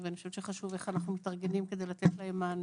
וחשוב לראות איך מתארגנים כדי לתת להם מענה.